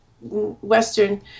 Western